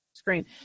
screen